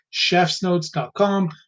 chefsnotes.com